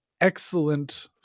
excellent